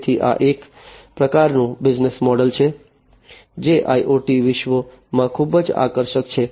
તેથી આ એક પ્રકારનું બિઝનેસ મોડલ છે જે IoT વિશ્વમાં ખૂબ જ આકર્ષક છે